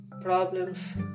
problems